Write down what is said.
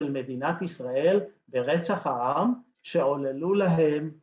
‫על מדינת ישראל ורצח העם, ‫שעוללו להם...